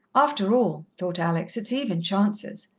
after all, thought alex, it's even chances.